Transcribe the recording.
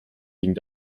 ging